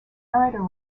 narrator